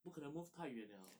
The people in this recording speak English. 不可能 move 太远 liao